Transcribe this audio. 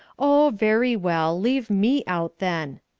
oh, very well, leave me out, then,